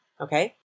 okay